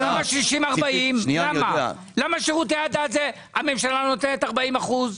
למה בשירותי דת הממשלה נותנת 40%?